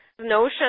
notion